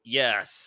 yes